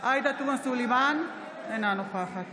עאידה תומא סלימאן, אינה נוכחת